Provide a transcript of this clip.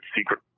secret